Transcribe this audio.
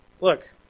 Look